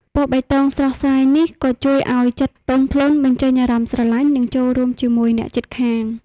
ពណ៌បៃតងស្រស់ស្រាយនេះក៏ជួយឲ្យចិត្តទន់ភ្លន់ បញ្ចេញអារម្មណ៍ស្រឡាញ់ និងចូលរួមជាមួយអ្នកជិតខាង។